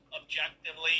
objectively